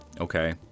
Okay